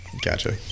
gotcha